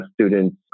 students